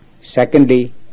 Secondly